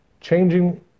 changing